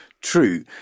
true